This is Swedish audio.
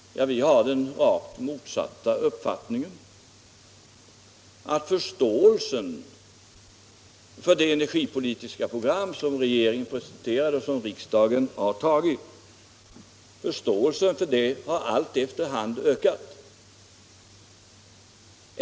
Vi har den rakt motsatta uppfattningen, att förståelsen för det energipolitiska program som regeringen presenterade och som riksdagen antog efter hand har ökat.